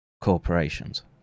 corporations